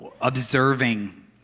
observing